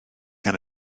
gan